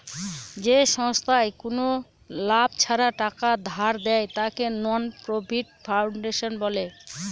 যে সংস্থায় কোনো লাভ ছাড়া টাকা ধার দেয়, তাকে নন প্রফিট ফাউন্ডেশন বলে